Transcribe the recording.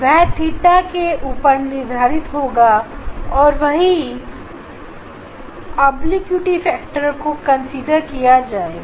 वह थीटा के ऊपर निर्धारित होगा और वही ऑब्लिक्विटी फैक्टर को कंसीडर किया जाएगा